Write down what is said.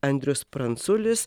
andrius pranculis